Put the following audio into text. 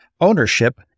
ownership